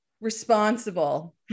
responsible